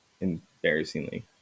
embarrassingly